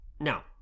Now